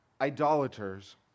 idolaters